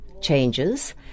changes